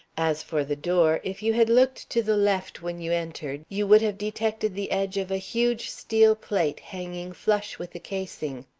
as for the door, if you had looked to the left when you entered, you would have detected the edge of a huge steel plate hanging flush with the casing.